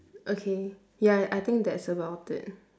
okay ya I I think that's about it